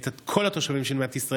(קוראת בשמות חברי הכנסת)